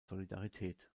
solidarität